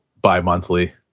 bi-monthly